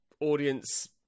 audience